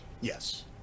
yes